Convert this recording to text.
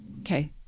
Okay